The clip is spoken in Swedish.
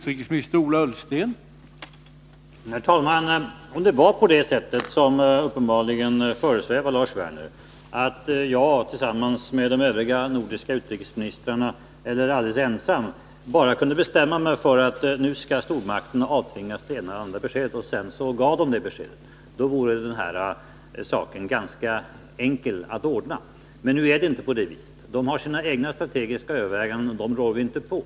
Herr talman! Om det var på det sättet, vilket uppenbarligen föresvävar Lars Werner, att jag tillsammans med de övriga nordiska utrikesministrarna eller alldeles ensam skulle kunna avtvinga stormakterna besked och att de sedan gav det beskedet, då vore den här saken ganska enkel att ordna. Men nu är det inte så. Stormakterna gör sina egna strategiska överväganden, som vi inte rår på.